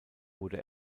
wurde